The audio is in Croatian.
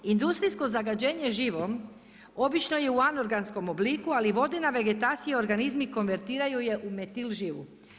Industrijsko zagađenje živom obično je u anorganskom obliku ali vodena vegetacija i organizmi konvertiraju je u metil živu.